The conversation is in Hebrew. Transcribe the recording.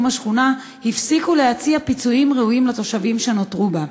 השכונה הפסיקו להציע פיצויים ראויים לתושבים שנותרו בה.